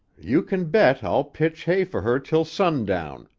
you can bet i'll pitch hay for her till sundown,